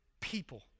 people